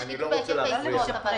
יש גידול בהיקף העסקאות.